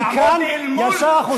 מכאן ישר החוצה.